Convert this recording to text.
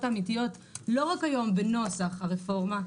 האמיתיות לא רק היום בנוסח הרפורמה,